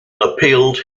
appealed